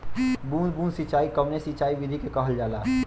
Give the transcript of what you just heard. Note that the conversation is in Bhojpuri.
बूंद बूंद सिंचाई कवने सिंचाई विधि के कहल जाला?